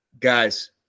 Guys